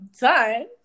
done